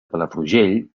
palafrugell